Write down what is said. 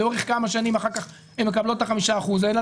לאורך כמה שנים אחר כך הן מקבלות את חמשת האחוזים האלה.